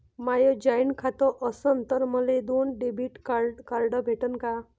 माय जॉईंट खातं असन तर मले दोन डेबिट कार्ड भेटन का?